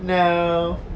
no